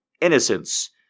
Innocence